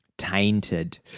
Tainted